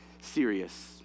serious